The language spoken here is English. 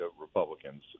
Republicans